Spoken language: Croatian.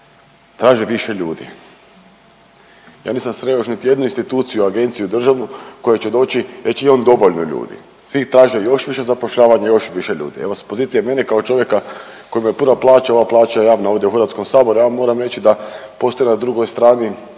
traže više ljudi. Ja nisam sreo još niti jednu instituciju, agenciju državnu koja će doći i reći imam dovoljno ljudi. Svi traže još više zapošljavanja i još više ljudi. Evo s pozicije mene kao čovjeka … /ne razumije se/ … plaća, ova plaća je javna ovdje u Hrvatskom saboru. Ja vam moram reći da postoji na drugoj strani